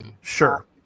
Sure